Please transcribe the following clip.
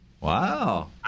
Wow